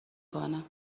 کنه